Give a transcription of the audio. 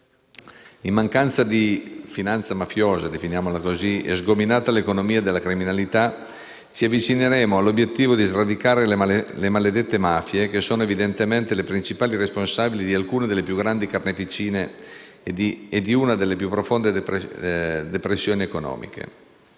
In mancanza di finanza mafiosa - chiamiamola così - e sgominata l'economia della criminalità, ci avvicineremo all'obiettivo di sradicare le maledette mafie, che sono evidentemente le principali responsabili di alcune delle più grandi carneficine e di una delle più profonde depressioni economiche.